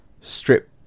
strip